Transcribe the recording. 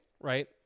right